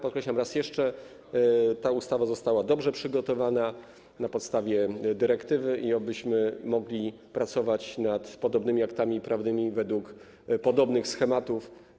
Podkreślam raz jeszcze, że ta ustawa została dobrze przygotowana na podstawie dyrektywy, i obyśmy mogli pracować nad podobnymi aktami prawnymi według podobnych schematów.